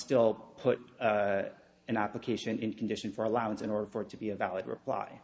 still put an application in condition for allowance in order for it to be a valid reply